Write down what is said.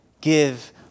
give